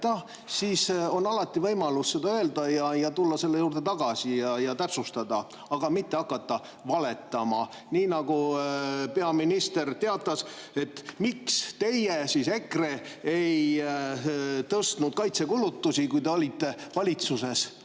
siis on alati võimalus seda öelda ning tulla selle juurde tagasi ja täpsustada, aga mitte hakata valetama. Peaminister [küsis]: miks teie – EKRE siis – ei tõstnud kaitsekulutusi, kui te olite valitsuses?